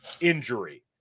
injury